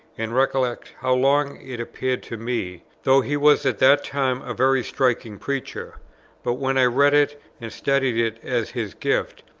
and recollect how long it appeared to me, though he was at that time a very striking preacher but, when i read it and studied it as his gift,